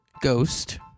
Ghost